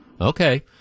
Okay